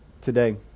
today